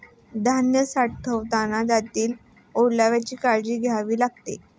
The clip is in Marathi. धान्य साठवताना त्यातील ओलाव्याची काळजी घ्यावी लागते